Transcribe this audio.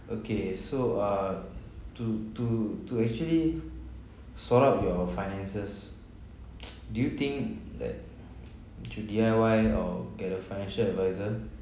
okay so uh to to to actually sort out your finances do you think that to D_I_Y or get a financial advisor